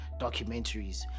documentaries